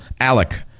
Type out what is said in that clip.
ALEC